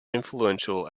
influential